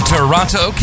Toronto